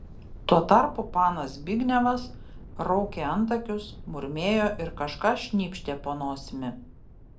tuo tarpu panas zbignevas raukė antakius murmėjo ir kažką šnypštė po nosimi